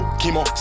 chemo